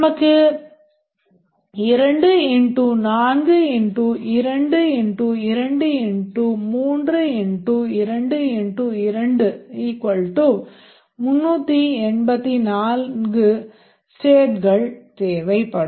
நமக்கு 2 4 2 2 3 2 2384 ஸ்டேட்கள் தேவைப்படும்